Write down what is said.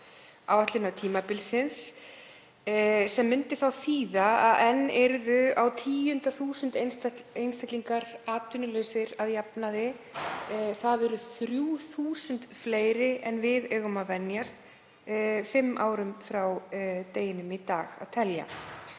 áætlunartímabilsins sem myndi þá þýða að enn yrðu 10.000 einstaklingar atvinnulausir að jafnaði. Það eru 3.000 fleiri en við eigum að venjast fimm árum frá deginum í dag að telja.